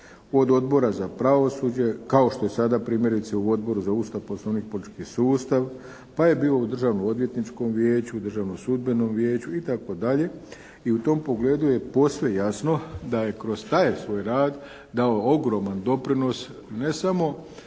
od Odbora za pravosuđe kao što je i sada primjerice u Odboru za Ustav, Poslovnik i politički sustav. Pa je bio u Državno odvjetničkom vijeću, Državnom sudbenom vijeću itd., i u tom pogledu je posve jasno da je kroz taj svoj rad dao ogroman doprinos ne samo